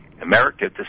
America